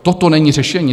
Toto není řešení.